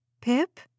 Pip